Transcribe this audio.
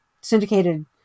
syndicated